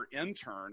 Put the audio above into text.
intern